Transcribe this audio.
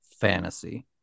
fantasy